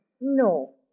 No